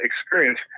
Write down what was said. experience